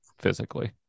physically